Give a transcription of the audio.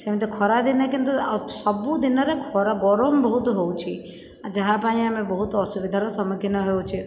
ସେମିତି ଖରାଦିନେ କିନ୍ତୁ ସବୁ ଦିନରେ ଖର ଗରମ ବହୁତ ହଉଛି ଯାହା ପାଇଁ ଆମେ ବହୁତ ଅସୁବିଧାର ସମ୍ମୁଖୀନ ହେଉଛେ